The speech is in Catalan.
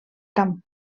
camp